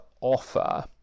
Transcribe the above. offer